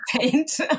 paint